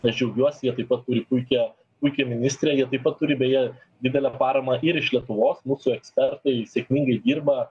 aš džiaugiuosi jie taip pat turi puikią puiki ministrė jie taip pat turi beje didelę paramą ir iš lietuvos mūsų ekspertai sėkmingai dirba